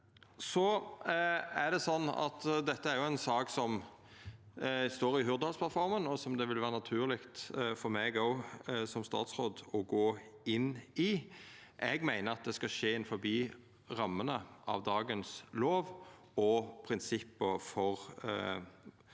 Dette er ei sak som står i Hurdalsplattforma, og som det vil vera naturleg for meg som statsråd å gå inn i. Eg meiner at dette skal skje innanfor rammene av dagens lov og prinsippa for